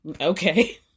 Okay